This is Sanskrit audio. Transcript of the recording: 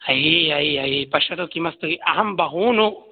ऐ ऐ ऐ पश्यतु किम् अस्ति अहं बहून्